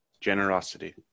Generosity